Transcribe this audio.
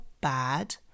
bad